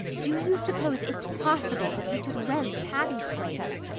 do you suppose it's possible that we could rent patty's place?